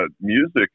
music